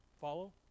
Follow